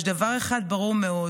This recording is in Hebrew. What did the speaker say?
יש דבר אחד ברור מאוד: